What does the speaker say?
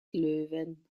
löwen